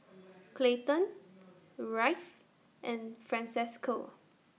Clayton Wright and Francesco